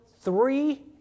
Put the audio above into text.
three